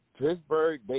Pittsburgh